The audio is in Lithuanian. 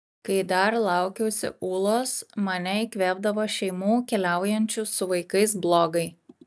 kai dar laukiausi ūlos mane įkvėpdavo šeimų keliaujančių su vaikais blogai